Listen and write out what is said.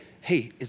hey